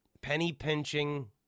penny-pinching